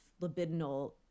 libidinal